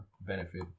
benefit